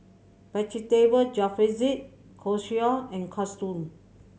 Vegetable Jalfrezi Chorizo and Katsudon